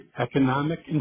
economic